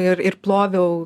ir ir ploviau